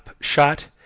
shot